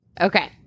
Okay